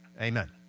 Amen